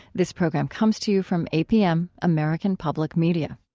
this program comes to you from apm, american public media